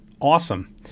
Awesome